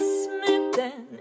smitten